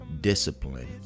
Discipline